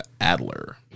Adler